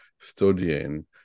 studying